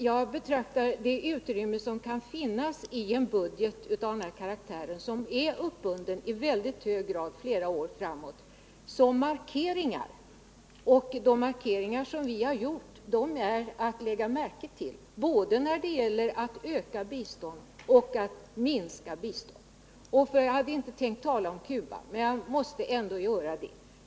Jag betraktar det utrymme som kan finnas i en budget av denna karaktär, en budget som i hög grad är uppbunden flera år framöver, som markeringar. De markeringar som vi har gjort är att lägga märke till, både när det gäller att öka bistånd och att minska bistånd. Jag hade inte tänkt tala om Cuba, men måste ändå göra det.